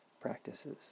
practices